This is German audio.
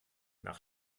nach